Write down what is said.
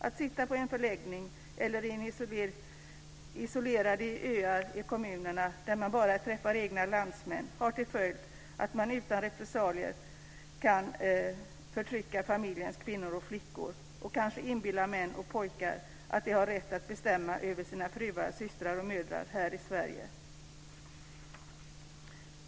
Att sitta på en förläggning eller i isolerade öar i kommunerna där man bara träffar egna landsmän har till följd att man utan repressalier kan förtrycka familjens kvinnor och flickor och kanske inbilla män och pojkar att de har rätt att bestämma över sina fruar, systrar och mödrar här i Sverige.